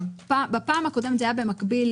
בפעם הקודמת זה היה במקביל,